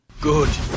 Good